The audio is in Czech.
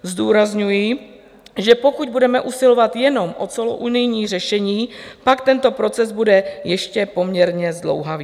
Zdůrazňuji, že pokud budeme usilovat jenom o celounijní řešení, pak tento proces bude ještě poměrně zdlouhavý.